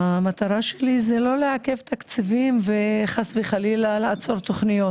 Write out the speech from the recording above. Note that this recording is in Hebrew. המטרה שלי זה לא לעכב תקציבים וחס וחלילה לעצור תכניות,